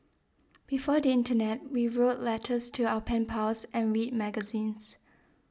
before the internet we wrote letters to our pen pals and read magazines